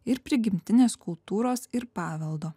ir prigimtinės kultūros ir paveldo